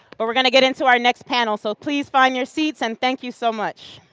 but we are going to get into our next panel. so please find your seat and thank you so much.